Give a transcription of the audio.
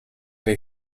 dei